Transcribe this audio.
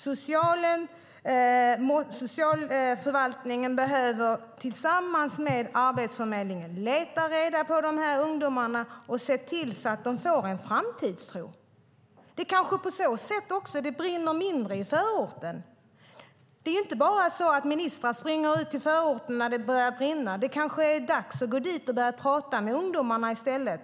Socialförvaltningen behöver tillsammans med Arbetsförmedlingen leta reda på dessa ungdomar och se till att de får en framtidstro. På så sätt kanske det brinner mindre i förorten. Det ska inte vara så att ministrar springer ut till förorten bara när det börjar brinna, utan det kanske är dags att gå dit och börja prata med ungdomarna i stället.